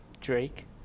Drake